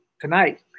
Tonight